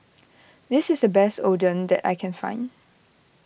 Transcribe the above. this is the best Oden that I can find